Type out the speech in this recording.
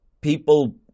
People